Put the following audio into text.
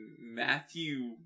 matthew